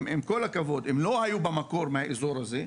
עם כל הכבוד הם לא היו במקור מהאזור הזה,